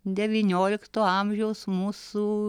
devyniolikto amžiaus mūsų